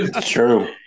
True